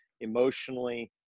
emotionally